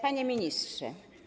Panie Ministrze!